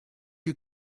you